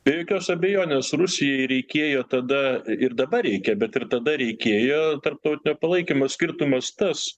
be jokios abejonės rusijai reikėjo tada ir dabar reikia bet ir tada reikėjo tarptautinio palaikymo skirtumas tas